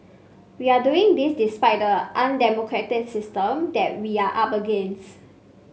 we are doing this despite the undemocratic system that we are up against